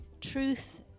truth